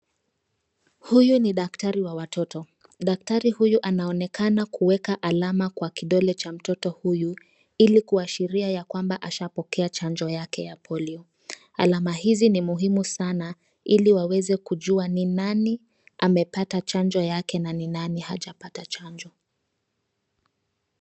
Huyu ni daktari wa watoto. Daktari huyu anaonekana kuweka alama kwa kidole cha mtoto huyu ili kuashiria ya kwamba ashapokea chanjo yake ya polio. Alama hizi ni muhimu sana ili waweze kujua ni nani amepata chanjo yake na ni nani hajapata chanjo.